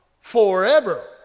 forever